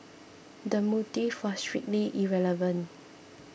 the motive was strictly irrelevant